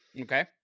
Okay